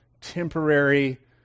temporary